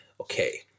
okay